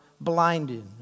Blinded